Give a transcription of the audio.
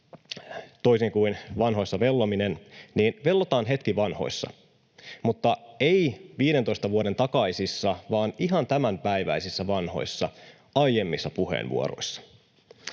toisin kuin vanhoissa vellominen, niin vellotaan hetki vanhoissa, mutta ei 15 vuoden takaisissa vaan ihan tämänpäiväisissä vanhoissa, aiemmissa puheenvuoroissa.